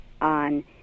on